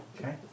Okay